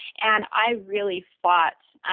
and i really fought